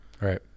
Right